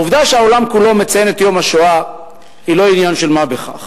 העובדה שהעולם כולו מציין את יום השואה היא לא עניין של מה בכך.